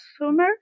consumer